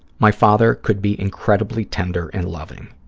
my father could be incredibly tender and loving.